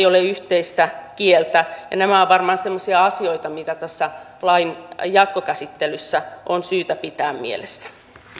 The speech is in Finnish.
ole yhteistä kieltä nämä ovat varmaan semmoisia asioita mitä tässä lain jatkokäsittelyssä on syytä pitää mielessä